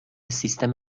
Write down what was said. سیستم